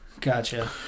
gotcha